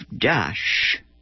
dash